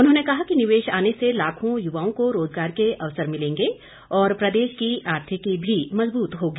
उन्होंने कहा कि निवेश आने से लाखों युवाओं को रोजगार के अवसर मिलेगे और प्रदेश की आर्थिकी भी मजबूत होगी